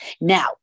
Now